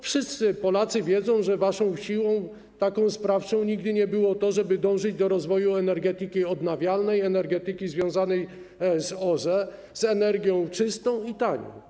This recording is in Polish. Wszyscy Polacy wiedzą, że waszą siłą sprawczą nigdy nie było to, żeby dążyć do rozwoju energetyki odnawialnej, energetyki związanej z OZE, z energią czystą i tanią.